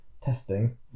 testing